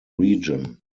region